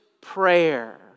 prayer